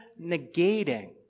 negating